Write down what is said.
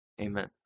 Amen